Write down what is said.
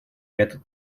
этот